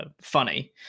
funny